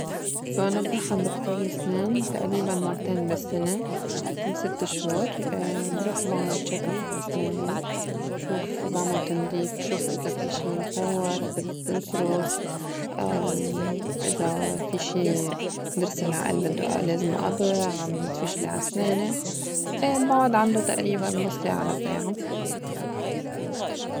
so أنا بروح عند دكتور السنان تقريباً مرتين بالسّنة كل ست شهور. بروح بعمُل check up على سناني بشوف بعمل تنضيف، بشوف إذا في شي مسوّس بدّو ترصيص، إذا في شي ضرس العقل بدّو أ- لازمه قبع، عم يدفشلي عا سناني. بُعُد عنده تقريباً نص ساعة لا ساعة.